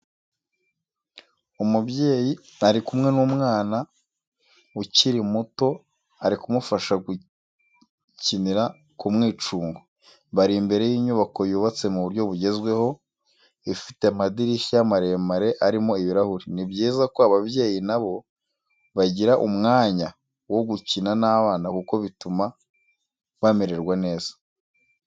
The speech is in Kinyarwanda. Umubyeyi ari kumwe n'umwana ukiri muto ari kumufasha gukinira ku mwicungo, bari imbere y'inyubako yubatse mu buryo bugezweho, ifite amadirishya maremare arimo ibirahuri. Ni byiza ko ababyeyi na bo bagira umwanya wo gukina n'abana kuko bituma bamererwa neza.